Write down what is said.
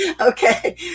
okay